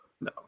no